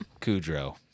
Kudrow